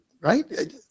right